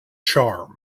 charm